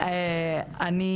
אמירה.